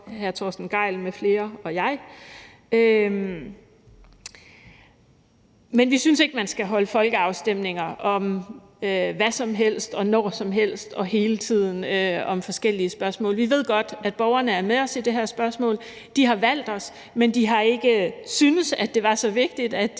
Men vi synes ikke, at man skal afholde folkeafstemninger om hvad som helst og når som helst og hele tiden i forhold til forskellige spørgsmål. Vi ved godt, at borgerne er med os i det her spørgsmål. De har valgt os, men de har ikke syntes, at det var så vigtigt, at de